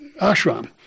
ashram